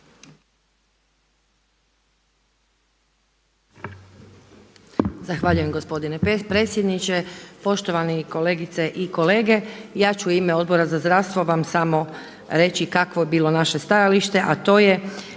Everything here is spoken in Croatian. Zahvaljujem gospodine predsjedniče. Poštovani kolegice i kolege, ja ću u ime Odbora za zdravstvo vam samo reći kakvo je bilo naše stajalište, a to je